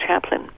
chaplain